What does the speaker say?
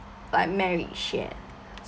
like marriage yet